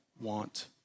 want